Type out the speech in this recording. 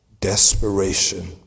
desperation